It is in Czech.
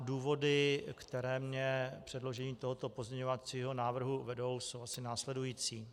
Důvody, které mě k předložení tohoto pozměňovacího návrhu vedou, jsou asi následující.